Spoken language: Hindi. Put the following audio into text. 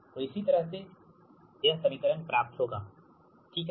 तो इसी तरह से IS 1Zc sinh γlVRcosh γlIR यह समीकरण 41 है ठीक